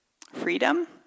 Freedom